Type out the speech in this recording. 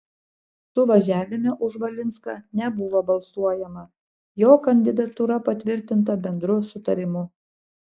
suvažiavime už valinską nebuvo balsuojama jo kandidatūra patvirtinta bendru sutarimu